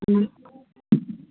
ഉം